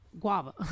guava